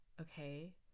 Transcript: okay